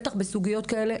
בטח בסוגיות כאלה,